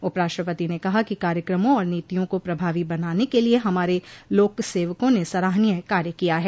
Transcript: उप राष्ट्रपति ने कहा कि कार्यक्रमों और नीतियों को प्रभावी बनाने के लिए हमारे लोक सेवकों ने सराहनीय कार्य किया है